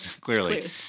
Clearly